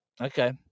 Okay